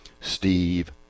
steve